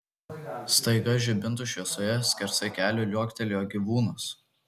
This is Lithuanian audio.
staiga žibintų šviesoje skersai kelio liuoktelėjo gyvūnas